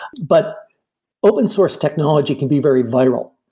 but open source technology can be very viral.